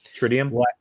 tritium